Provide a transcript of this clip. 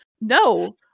no